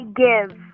give